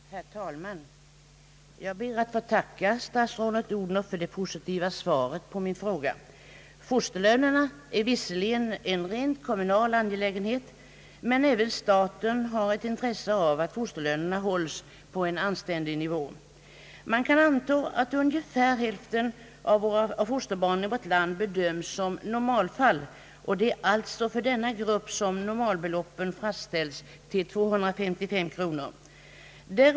Herr talman! Jag ber att få tacka statsrådet Odhnoff för det positiva svaret på min fråga. Fosterlönerna är visserligen en rent kommunal angelägenhet, men även staten har ett intresse av att fosterlönerna hålls på en anständig nivå. Man kan anta att ungefär hälften av fosterbarnen i vårt land bedöms som normalfall, och det är alltså för denna grupp som normalbeloppen fastställts till 255 kronor i månaden.